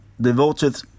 devoted